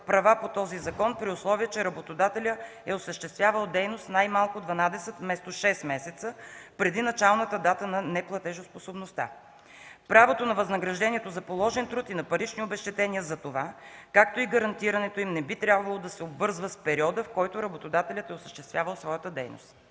права по този закон при условие, че работодателят е осъществявал дейност най-малко 12 (вместо 6) месеца преди началната дата на неплатежоспособността. Правото на възнаграждението за положен труд и на парични обезщетения за това, както и гарантирането им не би трябвало да се обвързва с периода, в който работодателят е осъществявал своята дейност.